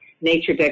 nature